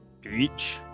Beach